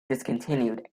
discontinued